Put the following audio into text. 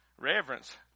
reverence